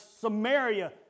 Samaria